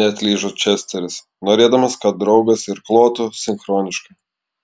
neatlyžo česteris norėdamas kad draugas irkluotų sinchroniškai